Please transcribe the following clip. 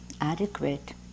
Adequate